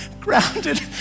grounded